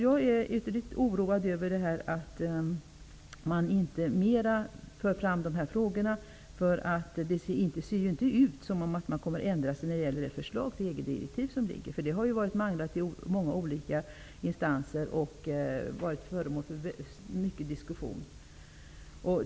Jag är ytterligt oroad över att de här frågorna inte förs fram mer, för det ser inte ut som om man kommer att ändra sig när det gäller det förslag till EG-direktiv som föreligger. Det har manglats i många olika instanser och varit föremål för mycket diskussion.